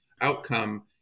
outcome